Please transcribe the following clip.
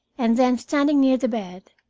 and then, standing near the bed,